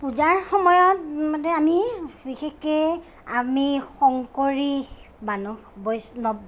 পূজাৰ সময়ত মানে আমি বিশেষকে আমি শংকৰী মানুহ বৈষ্ণৱ